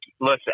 listen